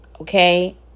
Okay